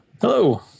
Hello